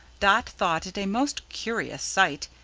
dot thought it a most curious sight.